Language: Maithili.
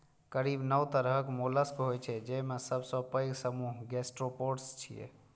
करीब नौ तरहक मोलस्क होइ छै, जेमे सबसं पैघ समूह गैस्ट्रोपोड्स छियै